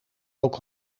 ook